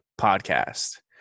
podcast